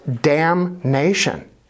damnation